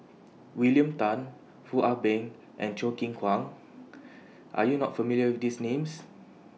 William Tan Foo Ah Bee and Choo Keng Kwang Are YOU not familiar with These Names